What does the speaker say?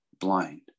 blind